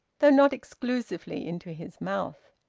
though not exclusively into his mouth.